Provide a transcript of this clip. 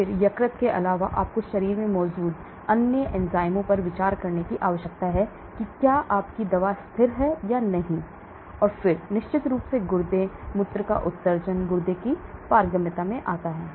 फिर यकृत के अलावा आपको शरीर में मौजूद अन्य एंजाइमों पर विचार करने की आवश्यकता है कि क्या आपकी दवा स्थिर है या नहीं और फिर निश्चित रूप से गुर्दे मूत्र का उत्सर्जन गुर्दे की पारगम्यता में आता है